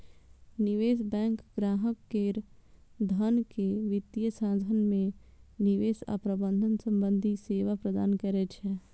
निवेश बैंक ग्राहक केर धन के वित्तीय साधन मे निवेश आ प्रबंधन संबंधी सेवा प्रदान करै छै